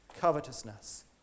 covetousness